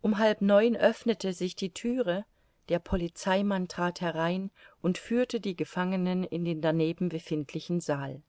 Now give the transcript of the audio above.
um halb neun öffnete sich die thüre der polizeimann trat herein und führte die gefangenen in den daneben befindlichen saal